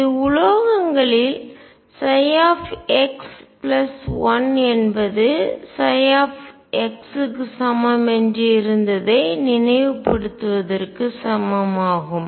இது உலோகங்களில் x1 என்பது ψக்கு சமம் என்று இருந்ததை நினைவுபடுத்துவதற்கு சமம் ஆகும்